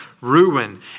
Ruin